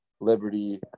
Liberty